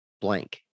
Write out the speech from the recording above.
blank